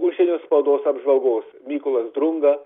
užsienio spaudos apžvalgos mykolas drunga